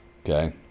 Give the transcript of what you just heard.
Okay